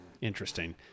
Interesting